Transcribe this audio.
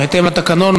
בהתאם לתקנון,